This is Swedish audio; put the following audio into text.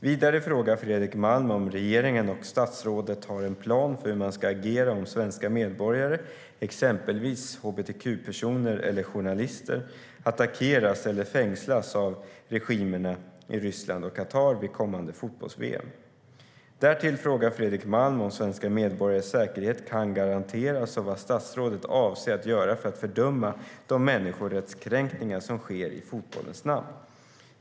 Vidare frågar Fredrik Malm om regeringen och statsrådet har en plan för hur man ska agera om svenska medborgare, exempelvis hbtq-personer eller journalister, attackeras eller fängslas av regimerna i Ryssland och Qatar vid kommande fotbolls-VM. Därtill frågar Fredrik Malm om svenska medborgares säkerhet kan garanteras och vad statsrådet avser att göra för att fördöma de människorättskränkningar som sker i fotbollens namn.